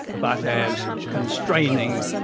but as constraining,